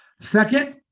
Second